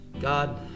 God